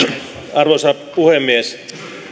arvoisa puhemies